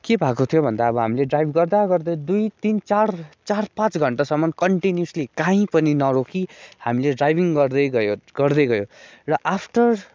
के भएको थियो भन्दा अब हामीले ड्राइभ गर्दा गर्दै दुई तिन चार चार पाँच घन्टासम्म कन्टिन्यूसली कहीँ पनि नरोकी हामीले ड्राइभिङ गर्दै गयो गर्दै गयो र आफ्टर